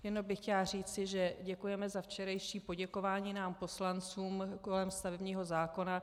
Jenom bych chtěla říci, že děkujeme za včerejší poděkování nám poslancům kolem stavebního zákona.